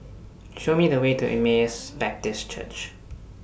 Show Me The Way to Emmaus Baptist Church